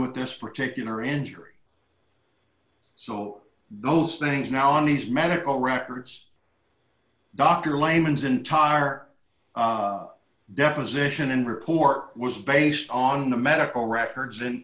with this particular injury so those things now on these medical records dr lehmann's entire deposition and report was based on the medical records and